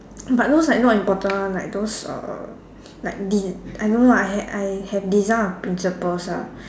but those like not important one like those uh like din~ I don't know I I have design of principles ah